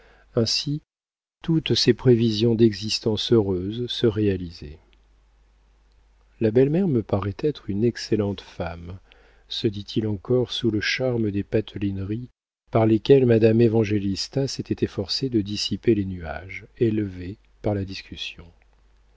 ainsi toutes ses prévisions d'existence heureuse se réalisaient ma belle-mère me paraît être une excellente femme se dit-il encore sous le charme des patelineries par lesquelles madame évangélista s'était efforcée de dissiper les nuages élevés par la discussion